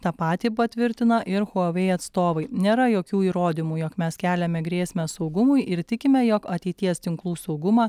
tą patį patvirtina ir huawei atstovai nėra jokių įrodymų jog mes keliame grėsmę saugumui ir tikime jog ateities tinklų saugumą